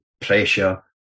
pressure